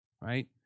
right